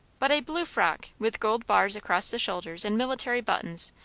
but a blue frock, with gold bars across the shoulders and military buttons,